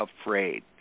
afraid